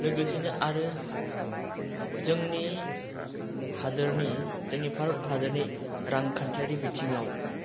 लोगोसेनो आरो जोंनि हादरनि जोंनि भारत हादरिन रांखान्थियारि बिथिङाव